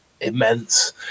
immense